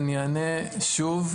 אני אענה שוב.